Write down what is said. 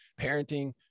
parenting